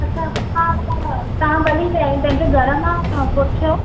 अच्छा हा त तव्हां भली पंहिंजे घर मां पुछो